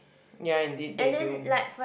ya indeed they do